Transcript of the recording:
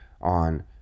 on